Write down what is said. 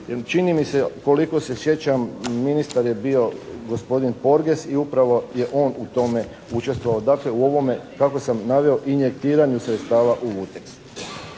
čini mi se, koliko se sjećam ministar je bio gospodin Porges i upravo je on u tome učestvovao, dakle u ovome kako sam naveo injektiranju sredstava u "Vuteks".